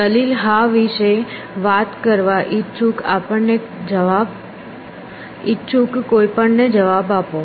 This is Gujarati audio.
દલીલ હા વિશે વાત કરવા ઇચ્છુક કોઈપણને જવાબ આપો